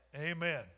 Amen